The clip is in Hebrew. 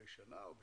בשנה או בשנתיים.